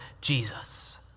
Jesus